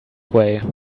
way